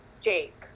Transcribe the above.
Jake